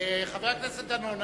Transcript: חבר הכנסת דנון,